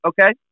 okay